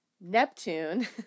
Neptune